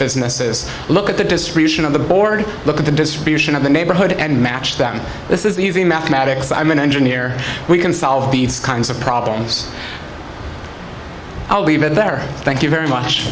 businesses look at the description of the board look at the distribution of the neighborhood and match that this is easy mathematics i'm an engineer we can solve these kinds of problems i'll leave it there thank you very much